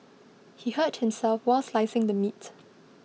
he hurt himself while slicing the meat